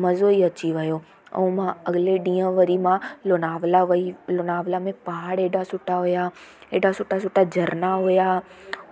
मज़ो ई अची वियो ऐं मां अगले ॾींहुं वरी मां लोनावला वई लोनावला में पाहाड़ हेॾा सुठा हुआ हेॾा सुठा सुठा झरना हुआ